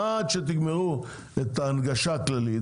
עד שתגמרו את ההנגשה הכללית,